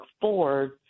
Ford